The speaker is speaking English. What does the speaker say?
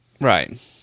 right